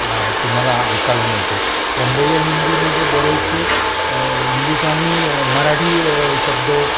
तुम्हाला ऐकायला मिळतो बंबई या हिंदीमधे बरेचसे इंग्लिश आणि मराठी शब्द